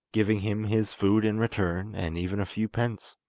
giving him his food in return, and even a few pence.